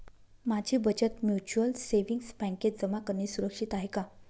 माझी बचत mutual savings बँकेत जमा करणे सुरक्षित आहे का